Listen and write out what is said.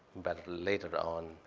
but later on,